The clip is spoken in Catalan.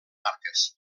marques